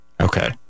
Okay